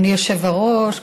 אדוני היושב-ראש,